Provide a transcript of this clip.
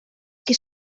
que